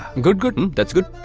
good. good. and that's good.